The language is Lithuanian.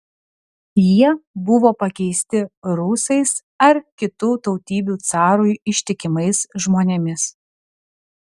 jie buvo pakeisti rusais ar kitų tautybių carui ištikimais žmonėmis